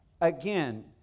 Again